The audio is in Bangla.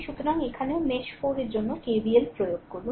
সুতরাং এখানেও মেশ 4 এর জন্য KVL প্রয়োগ করুন